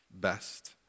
best